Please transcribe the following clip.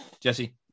Jesse